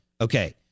Okay